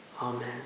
Amen